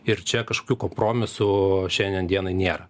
ir čia kažkokių kompromisų šiandien dienai nėra